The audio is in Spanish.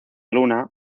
luna